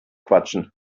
quatschen